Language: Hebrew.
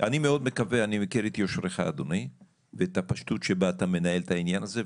אני מכיר את יושרך אדוני ואת הפשטות שבה אתה מנהל את העניין הזה,